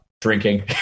drinking